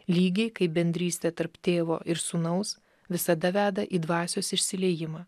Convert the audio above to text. lygiai kaip bendrystė tarp tėvo ir sūnaus visada veda į dvasios išsiliejimą